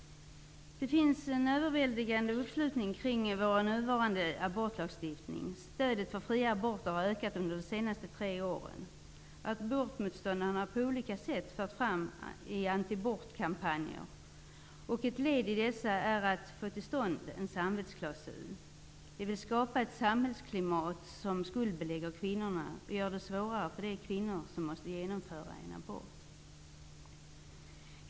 Det finns en överväldigande uppslutning kring vår nuvarande abortlagstiftning. Stödet för fria aborter har ökat under de senaste tre åren. Abortmotståndarna har på olika sätt fört antiabortkampanjer, och ett led i dessa är att få till stånd en samvetsklausul. De vill skapa ett samhällsklimat som skuldbelägger kvinnorna och gör det svårare för de kvinnor som måste genomföra en abort.